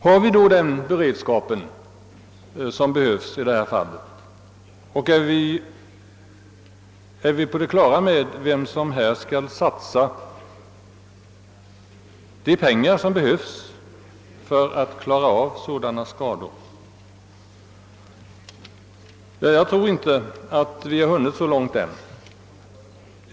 Har vi då den beredskap som behövs i dylika fall och är vi på det klara med vem som skall satsa de pengar som behövs för att reparera skadorna? Jag tror inte att vi har hunnit så långt än.